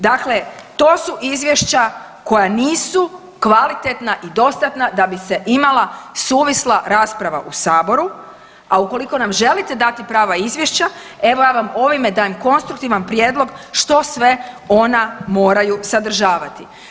Dakle, to su izvješća koja nisu kvalitetna i dostatna da bi se imala suvisla rasprava u Saboru, a ukoliko nam želite dati prava izvješća evo ja vam ovime dajem konstruktivan prijedlog što sve ona moraju sadržavati.